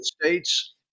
States